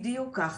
בדיוק כך,